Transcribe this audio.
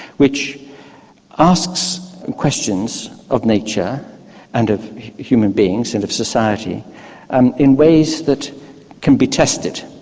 which asks questions of nature and of human beings and of society and in ways that can be tested,